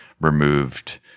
removed